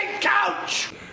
couch